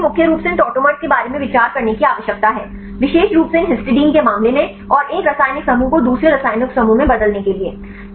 तो अब हमें मुख्य रूप से इन टॉटोमर्स के बारे में विचार करने की आवश्यकता है विशेष रूप से इन हिस्टिडाइन के मामले में और 1 रासायनिक समूह को दूसरे रासायनिक समूह में बदलने के लिए